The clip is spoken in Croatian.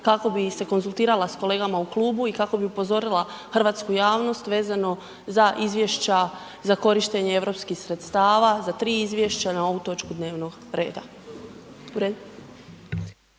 kako bi se konzultirala s kolegama u klubu i kako bi upozorila hrvatsku javnost vezano za izvješća za korištenje europskih sredstava, za tri izvješća na ovu točku dnevnog reda.